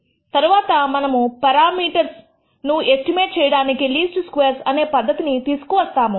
తరువాత మనము పెరామీటర్స్ ను ఎస్టిమేట్ చేయడానికి లీస్ట్ స్క్వేర్స్ అనే ఈ పద్ధతిని తీసుకు వస్తాము